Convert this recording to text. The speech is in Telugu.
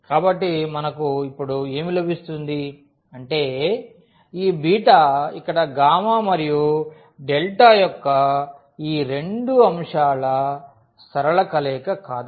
కాబట్టి మనకు ఇప్పుడు ఏమి లభిస్తుంది అంటే ఈ బీటా ఇక్కడ గామా మరియు డెల్టా యొక్క ఈ రెండు అంశాల సరళ కలయిక కాదు